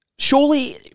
Surely